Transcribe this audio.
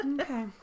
Okay